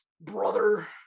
Brother